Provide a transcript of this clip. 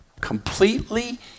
completely